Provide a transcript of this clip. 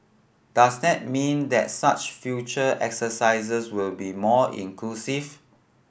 does that mean that such future exercises will be more inclusive